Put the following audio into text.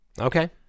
Okay